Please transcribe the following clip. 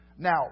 Now